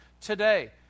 today